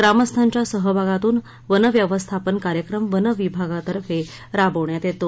ग्रामस्थांच्या सहभागातून वनव्यवस्थापन कार्यक्रम वन विभागातर्फे राबविण्यात येतो